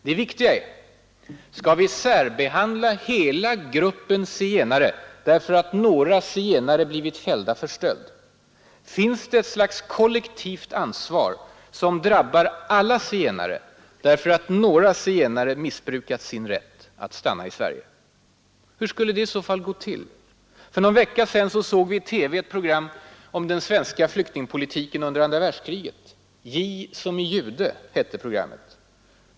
Det viktiga är: Skall vi särbehandla hela gruppen zigenare därför att några zigenare blivit fällda för stöld? Finns det ett slags kollektivt ansvar som drabbar alla zigenare därför att några zigenare missbrukat sin rätt att stanna i Sverige? Och hur skulle då det gå till? För någon vecka sedan såg vi i TV ett program om den svenska flyktingpolitiken före och under andra världskriget. ”J som i Jude”, hette programmet.